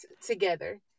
together